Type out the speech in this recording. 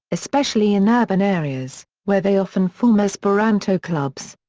especially in urban areas, where they often form esperanto clubs.